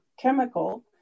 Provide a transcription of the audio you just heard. chemical